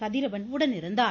கதிரவன் உடனிருந்தார்